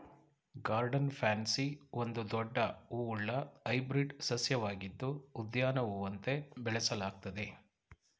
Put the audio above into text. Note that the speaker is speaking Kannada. ಗಾರ್ಡನ್ ಪ್ಯಾನ್ಸಿ ಒಂದು ದೊಡ್ಡ ಹೂವುಳ್ಳ ಹೈಬ್ರಿಡ್ ಸಸ್ಯವಾಗಿದ್ದು ಉದ್ಯಾನ ಹೂವಂತೆ ಬೆಳೆಸಲಾಗ್ತದೆ